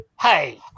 Hey